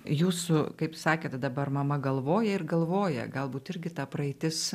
jūsų kaip sakėt dabar mama galvoja ir galvoja galbūt irgi ta praeitis